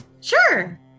Sure